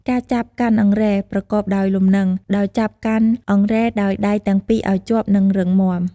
ការចាប់កាន់អង្រែប្រកបដោយលំនឹង ដោយចាប់កាន់អង្រែដោយដៃទាំងពីរឱ្យជាប់ និងរឹងមាំ។